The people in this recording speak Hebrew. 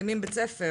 כשמסיימים בית ספר,